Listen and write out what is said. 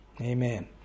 Amen